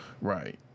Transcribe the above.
right